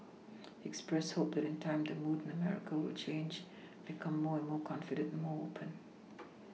he expressed hope that in time the mood in America will change become more and more confident and more open